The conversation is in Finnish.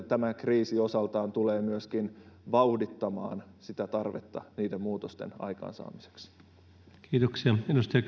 tämä kriisi osaltaan tulee myöskin vauhdittamaan sitä tarvetta niiden muutosten aikaansaamiseksi